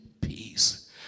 peace